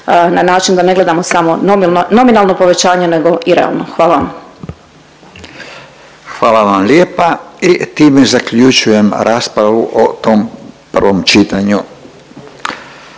na način da ne gledamo samo nominalno povećanje nego i realno, hvala vam. **Radin, Furio (Nezavisni)** Hvala vam lijepa i time zaključujem raspravu o tom prvom čitanju